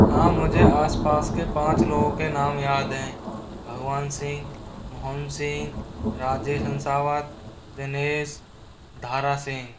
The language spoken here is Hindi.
हाँ मुझे आस पास के पाँच लोगों के नाम याद हैं भगवान सिंह मोहन सिंह राजेश हंसावत दिनेस धारा सिंह